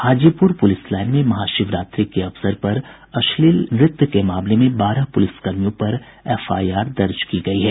Hajipur police line में महाशिवरात्रि के अवसर पर अश्लील नृत्य के मामले में बारह पुलिसकर्मियों पर एफआईआर दर्ज की गयी है